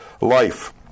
life